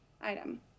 item